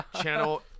Channel